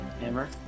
Hammer